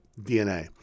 DNA